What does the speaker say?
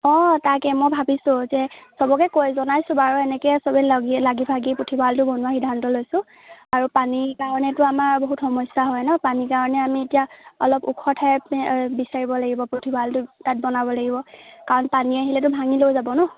অঁ তাকে মই ভাবিছোঁ যে চবকে কৈ জনাইছোঁ বাৰু এনেকৈ চবে লাগি লাগি ভাগি পুথিভঁৰালটো বনোৱা সিদ্ধান্ত লৈছোঁ আৰু পানীৰ কাৰণেতো আমাৰ বহুত সমস্যা হয় ন পানীৰ কাৰণে আমি এতিয়া অলপ ওখ ঠাইত বিচাৰিব লাগিব পুথিভঁৰালটো তাত বনাব লাগিব কাৰণ পানী আহিলেতো ভাঙি লৈ যাব ন